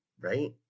Right